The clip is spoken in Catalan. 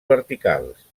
verticals